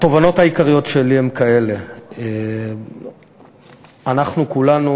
התובנות העיקריות שלי הן כאלה: אנחנו כולנו,